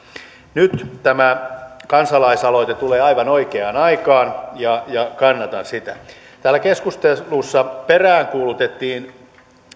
nyt tämä kansalaisaloite tulee aivan oikeaan aikaan ja ja kannatan sitä täällä keskustelussa peräänkuulutettiin